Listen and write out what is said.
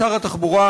שר התחבורה,